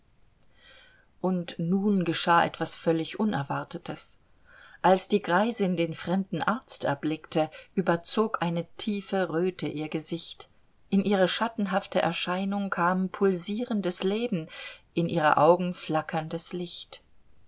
und nun geschah etwas völlig unerwartetes als die greisin den fremden arzt erblickte überzog eine tiefe röte ihr gesicht in ihre schattenhafte erscheinung kam pulsierendes leben in ihre augen flackerndes licht